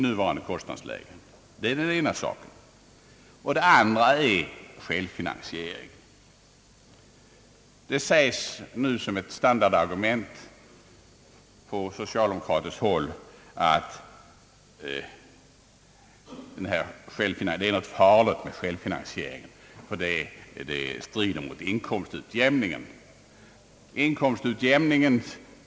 För det andra beror den på självfinansieringen. Ett standardargument från socialdemokratiskt håll är att det är något farligt med självfinansiering, ty den strider mot inkomstutjämningen.